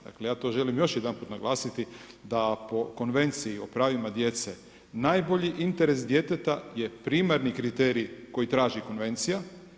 Dakle, ja to želim još jedanput naglasiti da po Konvenciji o pravima djece najbolji interes djeteta je primarni kriterij koji traži konvencija.